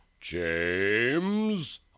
james